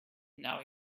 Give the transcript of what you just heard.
now